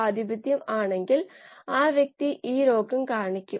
2 ആണ് ഇത് ഒരു ആദ്യ കണക്കാണ്